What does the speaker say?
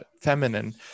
feminine